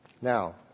Now